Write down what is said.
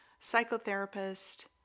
psychotherapist